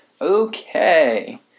Okay